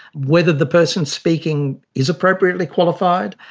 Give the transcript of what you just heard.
whether the person speaking is appropriately qualified,